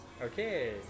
Okay